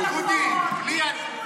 בבקשה.